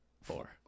Four